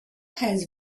has